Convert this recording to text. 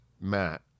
Matt